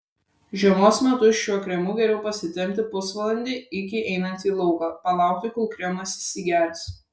žiemos metu šiuo kremu geriau pasitepti pusvalandį iki einant į lauką palaukti kol kremas įsigers